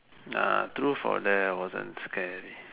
ah truth or dare I wasn't scary